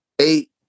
Eight